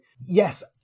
yes